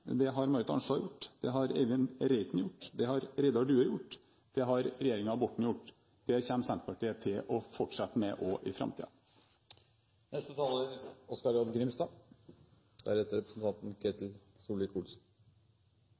det har Marit Arnstad gjort, det har Eivind Reiten gjort, det har Reidar Due gjort, og det har regjeringen Borten gjort. Det kommer Senterpartiet til å fortsette med også i